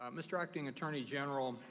um mr. acting attorney general,